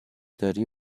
داری